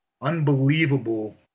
unbelievable